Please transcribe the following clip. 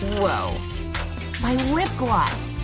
whoa my lip gloss!